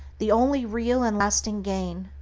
the only real and lasting gain.